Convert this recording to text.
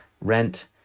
rent